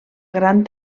gran